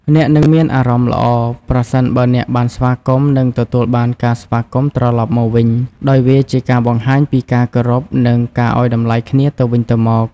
អ្នកនឹងមានអារម្មណ៍ល្អ ប្រសិនបើអ្នកបានស្វាគមន៍និងទទួលបានការស្វាគមន៍ត្រឡប់មកវិញ ដោយវាជាការបង្ហាញពីការគោរពនិងការឲ្យតម្លៃគ្នាទៅវិញទៅមក។